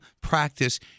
practice